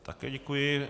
Také děkuji.